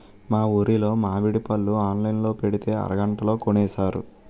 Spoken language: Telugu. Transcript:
మా ఊరులో మావిడి పళ్ళు ఆన్లైన్ లో పెట్టితే అరగంటలో కొనేశారు